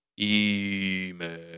email